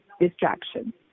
distraction